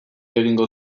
egingo